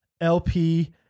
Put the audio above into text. lp